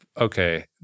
okay